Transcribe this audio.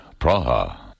Praha